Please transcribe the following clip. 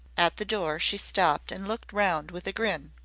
at the door she stopped and looked round with a grin.